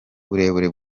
burebure